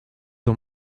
ont